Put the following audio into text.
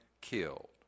killed